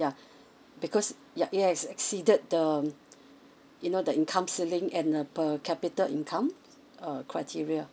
yeuh because yup it has exceeded the you know the income ceiling and a per capita income uh criteria